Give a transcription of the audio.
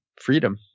freedom